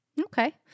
Okay